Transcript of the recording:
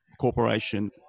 corporation